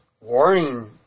warning